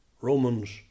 Romans